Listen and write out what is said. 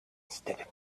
stepped